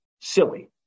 Silly